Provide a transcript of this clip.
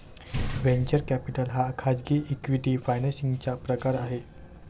venture capital हा खाजगी equity financing चा एक प्रकार आहे